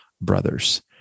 brothers